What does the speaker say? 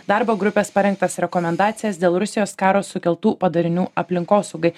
darbo grupės parengtas rekomendacijas dėl rusijos karo sukeltų padarinių aplinkosaugai